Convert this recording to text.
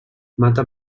mata